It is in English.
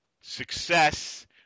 success